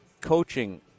coaching